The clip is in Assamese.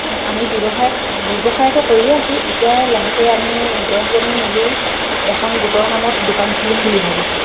আমি ব্যৱসায় ব্যৱসায়টো কৰিয়ে আছো এতিয়া লাহেকৈ আমি দহজনী মিলি এখন গোটৰ নামত দোকান খুলিম বুলি ভাবিছোঁ